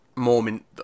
moment